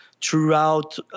throughout